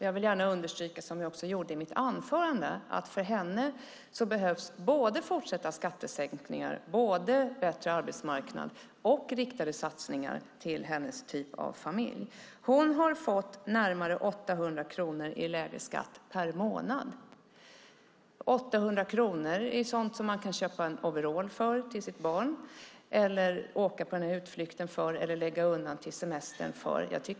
Jag vill understryka, vilket jag också gjorde i mitt anförande, att det behövs fortsatta skattesänkningar, bättre arbetsmarknad och riktade satsningar till hennes typ av familj. Hon har fått närmare 800 kronor i lägre skatt per månad. För 800 kronor kan man köpa en overall till sitt barn eller åka på en utflykt eller också kan man lägga undan till semestern.